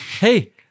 Hey